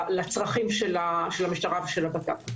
לצרכים של המשטרה ושל הבט"פ.